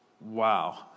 Wow